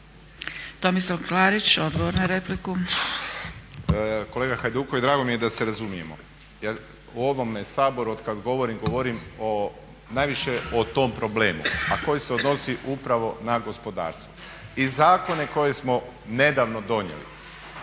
**Klarić, Tomislav (HDZ)** Kolega Hajduković, drago mi je da se razumijemo jer u ovome Saboru od kad govorim, govorim o najviše o tom problemu a koji se odnosi upravo na gospodarstvo. I zakone koje smo nedavno donijeli